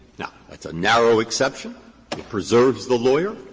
now, that's a narrow exception. it preserves the lawyer.